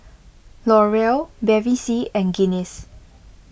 L'Oreal Bevy C and Guinness